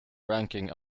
ranking